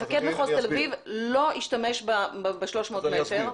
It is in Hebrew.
מפקד מחוז תל אביב לא השתמש ב-300 מטרים.